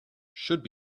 should